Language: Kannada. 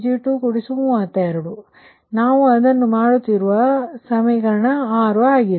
36Pg232 ಅದು ನಾವು ಮಾಡುತ್ತಿರುವ ಸಮೀಕರಣ 6 ಆಗಿದೆ